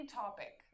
topic